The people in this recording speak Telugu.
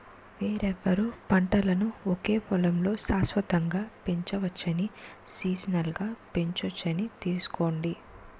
వేర్వేరు పంటలను ఒకే పొలంలో శాశ్వతంగా పెంచవచ్చని, సీజనల్గా పెంచొచ్చని తెలుసుకోండి